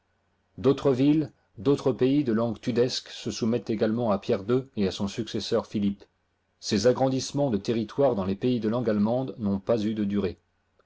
d'autres villes d'autres pays de langue tudesque se soumettent également à pierre ii et à son successeur philippe ces agrandissements de territoire dans les pays de langue allemande n'ont pas eu de durée